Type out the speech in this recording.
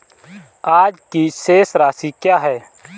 आज की शेष राशि क्या है?